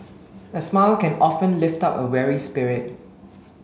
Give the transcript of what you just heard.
a smile can often lift up a weary spirit